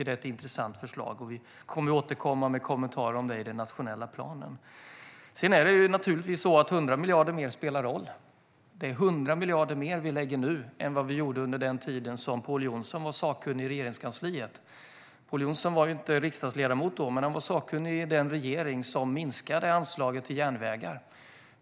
Det är ett intressant förslag, och vi kommer att återkomma med kommentarer om det i den nationella planen. 100 miljarder mer spelar naturligtvis roll. Nu lägger vi 100 miljarder mer än vad som lades under den tid som Pål Jonson var sakkunnig i Regeringskansliet. Pål Jonson var inte riksdagsledamot då, men han var sakkunnig i den regering som minskade anslaget till järnvägar.